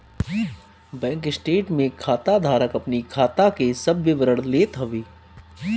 bank statement में खाता धारक अपनी खाता के सब विवरण लेत हवे